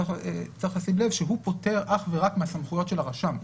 צריך לשים לב שהוא פוטר אך ורק מהסמכויות של הרשם.